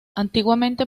antiguamente